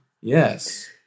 yes